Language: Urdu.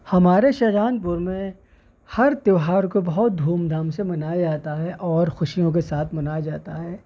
ہمارے شاہجہان پور میں ہر تہوار کو بہت دھوم دھام سے منایا جاتا ہے اور خوشیوں کے ساتھ منایا جاتا ہے